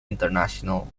international